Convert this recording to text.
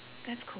that's cool